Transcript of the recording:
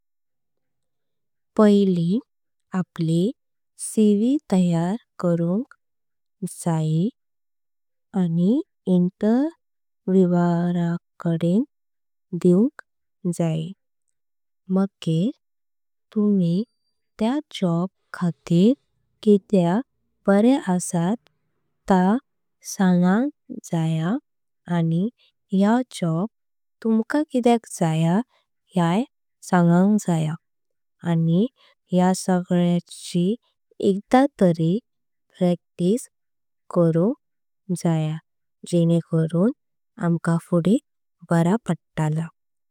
पहिली आपली सीवी तयार करूनक इंटरव्यूअर। राख दीऊनक जायो मगर। तुमी त्या जॉब खातीर कितले बरे आसात ता सगांक। जाय अनि या जॉब तुमका कितेक जाय याय सगांक जाय। अनि या सगळ्या ची एकदा तरी प्रॅक्टिस करून वाचांक जाय।